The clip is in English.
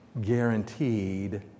guaranteed